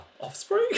offspring